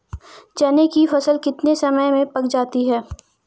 चने की फसल कितने समय में पक जाती है?